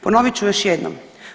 Ponovit ću još jednom.